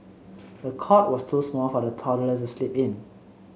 the cot was too small for the toddler to sleep in